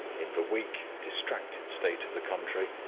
in the weak, distracted state of the country,